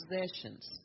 possessions